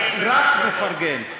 אני רק מפרגן.